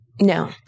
No